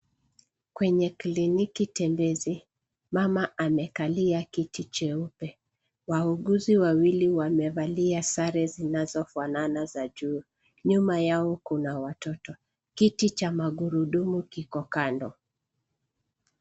Kwenye kliniki tembezi , mama amekalia kiti cheupe. Wauguzi wawili wamevalia sare zinazofanana za juu. Nyuma yao kuna watoto. Kiti cha magurudumu kiko kando.